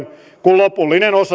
kun lopullinen